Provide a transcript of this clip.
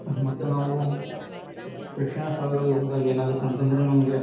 ಮತ್ತು ನಾವು ಪ್ರೇಕ್ಷಣೀಯ ಸ್ಥಳಗಳಿಗೆ ಹೋದಾಗ ಏನಾಗುತ್ತೆ ಅಂತ ಅಂದ್ರೆ ನಮಗೆ